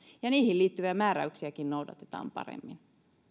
ja niihin liittyviä määräyksiäkin noudatetaan paremmin